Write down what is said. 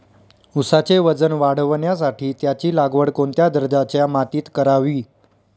ऊसाचे वजन वाढवण्यासाठी त्याची लागवड कोणत्या दर्जाच्या मातीत करावी?